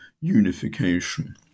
unification